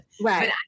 Right